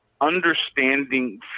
understanding